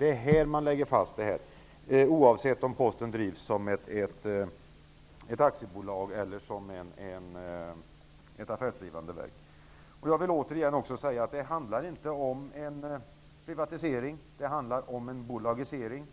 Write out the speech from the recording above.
här som målen läggs fast -- oavsett om Posten drivs som ett aktiebolag eller som ett affärsdrivande verk. Jag vill återigen också säga att det inte handlar om en privatisering, utan det handlar om en bolagisering.